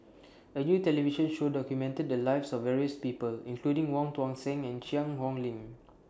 A New television Show documented The Lives of various People including Wong Tuang Seng and Cheang Hong Lim